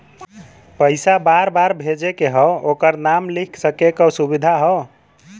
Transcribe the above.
पइसा बार बार भेजे के हौ ओकर नाम लिख सके क सुविधा हौ